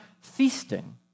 feasting